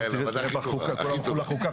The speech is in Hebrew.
עכשיו תראה כולם הלכו לחוקה,